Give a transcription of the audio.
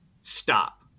Stop